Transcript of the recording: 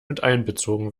miteinbezogen